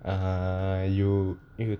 uh you you